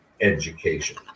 education